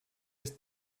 ist